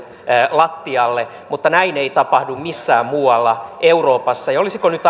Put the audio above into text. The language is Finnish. lattialle mutta näin ei tapahdu missään muualla euroopassa olisiko nyt